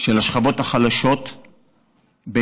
של השכבות החלשות במספרים,